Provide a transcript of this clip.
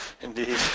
Indeed